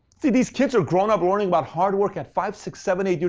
see, these kids are growing up learning about hard work at five, six, seven, eight years